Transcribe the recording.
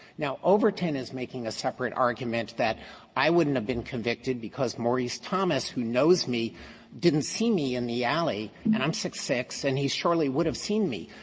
now, overton is making a separate argument that i wouldn't have been convicted because maurice thomas who knows me didn't see me in the alley, and i'm six six, and he surely would have seen me.